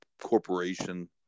corporation